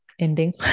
ending